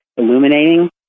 Illuminating